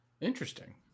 Interesting